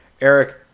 Eric